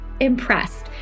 impressed